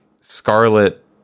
scarlet